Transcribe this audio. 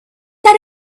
that